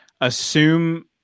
assume